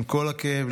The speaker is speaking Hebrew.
עם כל הכאב,